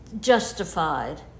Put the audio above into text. justified